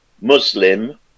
Muslim